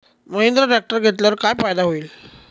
Mahindra tractor घेतल्यावर काय फायदा होईल?